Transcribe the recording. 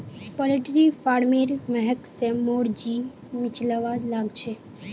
poultry फारमेर महक स मोर जी मिचलवा लाग छ